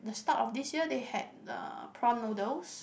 the start of this year they had uh prawn noodles